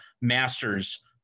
Masters